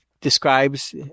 describes